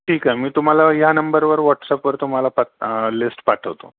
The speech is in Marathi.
ठीक आहे मी तुम्हाला या नंबरवर व्हॉट्सअपवर तुम्हाला पा लिस्ट पाठवतो